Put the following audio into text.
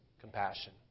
Compassion